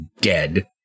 dead